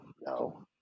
no